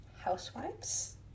Housewives